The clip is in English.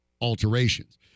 alterations